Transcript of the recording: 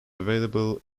available